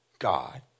God